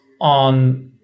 on